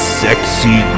sexy